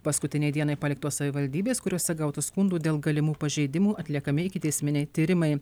paskutinei dienai paliktos savivaldybės kuriose gauta skundų dėl galimų pažeidimų atliekami ikiteisminiai tyrimai